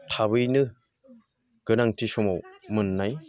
थाबैनो गोनांथि समाव मोननाय